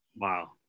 Wow